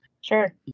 Sure